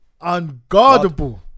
unguardable